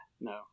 no